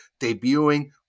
debuting